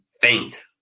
faint